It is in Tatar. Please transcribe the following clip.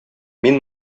мин